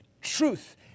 truth